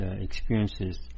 experiences